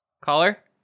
Caller